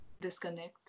Disconnect